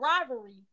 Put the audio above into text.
rivalry